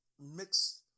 mixed